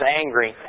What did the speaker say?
angry